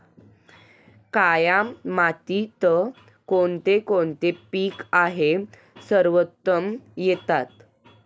काया मातीत कोणते कोणते पीक आहे सर्वोत्तम येतात?